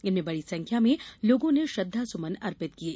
इनमें बड़ी संख्या में लोगों ने श्रद्वासुमन अर्पित किये